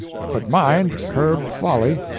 but mind, curb folly.